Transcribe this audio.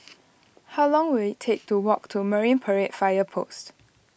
how long will it take to walk to Marine Parade Fire Post